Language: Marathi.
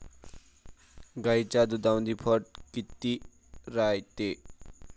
गाईच्या दुधामंदी फॅट किती रायते?